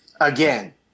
again